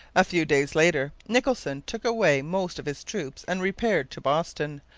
a few days later nicholson took away most of his troops and repaired to boston,